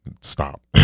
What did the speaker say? stop